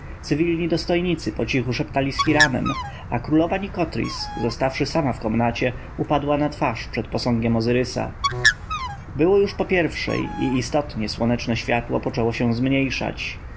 cywilni dostojnicy pocichu szeptali z hiramem a królowa nikotris zostawszy sama w komnacie upadła na twarz przed posągiem ozyrysa było już po pierwszej i istotnie słoneczne światło poczęło się zmniejszać